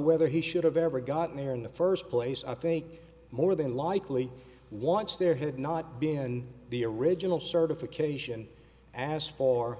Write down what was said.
whether he should have ever gotten there in the first place i think more than likely once there had not been the original certification asked for